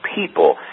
people